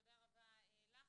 תודה רבה לך.